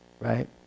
Right